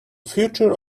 future